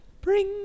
bring